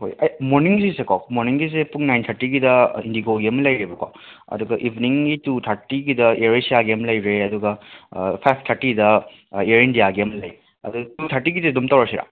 ꯍꯣꯏ ꯃꯣꯔꯅꯤꯡꯒꯤꯁꯦꯀꯣ ꯃꯣꯔꯅꯤꯡꯒꯤꯁꯦ ꯄꯨꯡ ꯅꯥꯏꯟ ꯊꯥꯔꯇꯤꯒꯤꯗ ꯏꯟꯗꯤꯒꯣꯒꯤ ꯑꯃ ꯂꯩꯔꯦꯕꯀꯣ ꯑꯗꯨꯒ ꯏꯕꯦꯅꯤꯡꯒꯤ ꯇꯨ ꯊꯥꯔꯇꯤꯒꯤꯗ ꯑꯦꯔ ꯑꯦꯁꯤꯌꯥꯒꯤ ꯑꯃ ꯂꯩꯔꯦ ꯑꯗꯨꯒ ꯐꯥꯏꯚ ꯊꯥꯔꯇꯤꯗ ꯑꯦꯔ ꯏꯟꯗꯤꯌꯥꯒꯤ ꯑꯃ ꯂꯩ ꯑꯗꯣ ꯇꯨ ꯊꯥꯔꯇꯤꯒꯤꯁꯦ ꯑꯗꯨꯝ ꯇꯧꯔꯁꯤꯔ